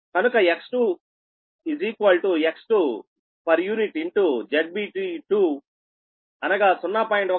కనుక X2Ω X2 ZBT2 అనగా 0